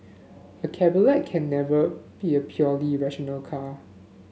a cabriolet can never be a purely rational car